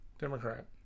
Democrat